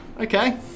okay